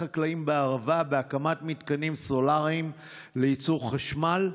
חקלאים בערבה בהקמת מתקנים סולריים לייצור חשמל,